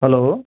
hello